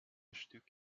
stück